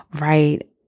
right